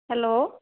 hello